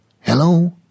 Hello